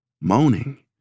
moaning